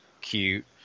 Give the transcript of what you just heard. cute